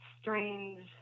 strange